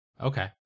Okay